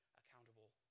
accountable